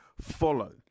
follow